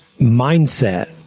mindset